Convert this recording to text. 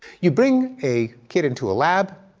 you bring a kid into a lab.